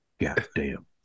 Goddamn